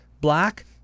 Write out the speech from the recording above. Black